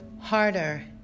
harder